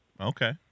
okay